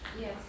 Yes